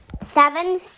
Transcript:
seven